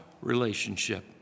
relationship